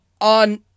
on